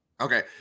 Okay